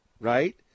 right